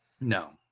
No